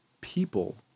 people